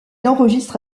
enregistre